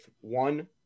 one